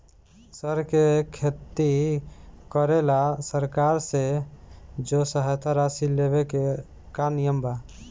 सर के खेती करेला सरकार से जो सहायता राशि लेवे के का नियम बा?